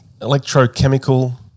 electrochemical